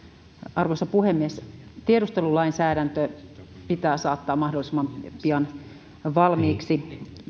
arvoisa puhemies tiedustelulainsäädäntö pitää saattaa mahdollisimman pian valmiiksi